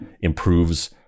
improves